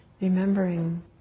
remembering